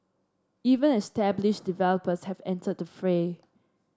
even established developers have entered the fray